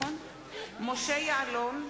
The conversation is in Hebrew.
משה יעלון,